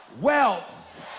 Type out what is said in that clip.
wealth